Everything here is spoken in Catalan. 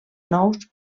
nous